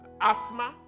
asthma